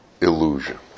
illusion